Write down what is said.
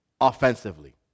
offensively